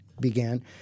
began